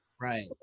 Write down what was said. Right